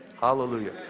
Hallelujah